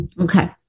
Okay